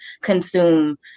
consume